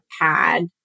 pad